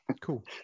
Cool